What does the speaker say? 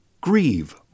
Grieve